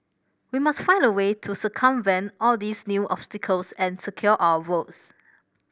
we must find a way to circumvent all these new obstacles and secure our votes